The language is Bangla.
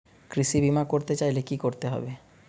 কৃষি বিমা করতে চাইলে কি করতে হবে?